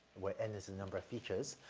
where n is the number of features.